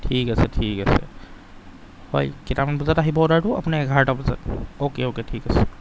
ঠিক আছে ঠিক আছে হয় কেইটামান বজাত আহিব অৰ্ডাৰটো আপুনি এঘাৰটা বজাত অ'কে অ'কে ঠিক আছে